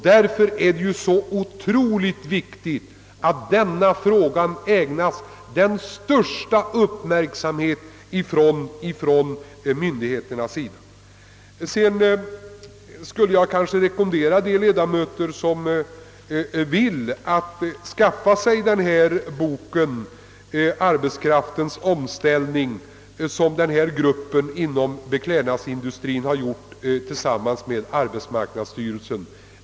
Därför är det mycket viktigt att denna fråga ägnas den största uppmärksamhet från myndigheternas sida. Jag skulle vilja rekommendera de ledamöter som är intresserade att skaffa sig boken Arbetskraftens omställning, som en grupp inom beklädnadsindustrien utarbetat tillsammans med arbetsmarknadsstyrelsen.